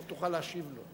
אתה תוכל להשיב לו.